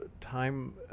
time